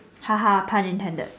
haha pun intended